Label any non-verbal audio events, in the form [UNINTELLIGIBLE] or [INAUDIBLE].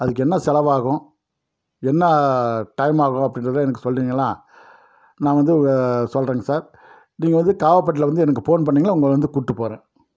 அதுக்கு என்ன செலவாகும் என்ன டைம் ஆகும் அப்படின்றத எனக்கு சொல்லிட்டீங்கனா நான் வந்து [UNINTELLIGIBLE] சொல்றேங்க சார் நீங்கள் வந்து காவப்பட்டில் வந்து எனக்கு போன் பண்ணீங்களா உங்களை வந்து கூட்டிப் போகிறேன்